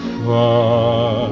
far